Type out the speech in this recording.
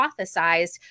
hypothesized